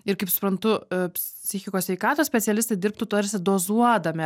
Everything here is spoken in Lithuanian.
ir kaip suprantu psichikos sveikatos specialistai dirbtų tarsi dozuodami